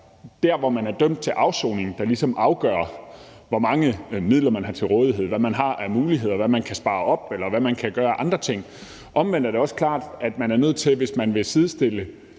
være, hvor man er dømt til at afsone, der ligesom afgør, hvor mange midler man har til rådighed, hvad man har af muligheder, hvad man kan spare op, eller hvad man kan gøre andre ting. Omvendt er det også klart, at man er nødt til, hvis man vil sidestille